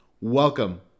Welcome